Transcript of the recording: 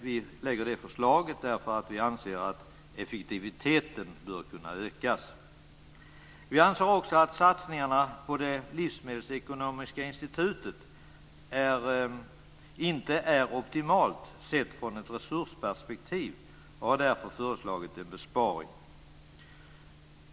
Vi lägger fram förslaget eftersom vi anser att effektiviteten bör kunna ökas. Vi anser också att satsningarna på det livsmedelsekonomiska institutet inte är optimalt sett från ett resursperspektiv. Vi har därför föreslagit en besparing.